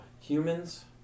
humans